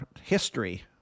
history